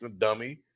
dummy